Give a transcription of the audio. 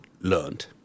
learned